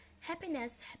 Happiness